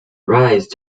rise